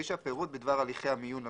(9) פירוט בדבר הליכי המיון למשרה".